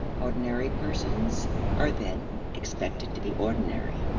ordinary persons are then expected to be ordinary.